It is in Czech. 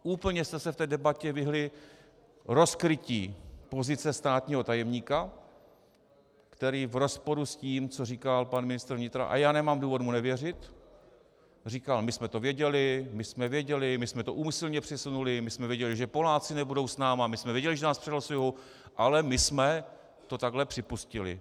Úplně jste se v debatě vyhnuli rozkrytí pozice státního tajemníka, který v rozporu s tím, co říkal pan ministr vnitra, a já nemám důvod mu nevěřit, říkal: my jsme to věděli, my jsme věděli, my jsme to úmyslně přesunuli, my jsme věděli, že Poláci nebudou s námi, my jsme věděli, že nás přehlasujou, ale my jsme to takhle připustili.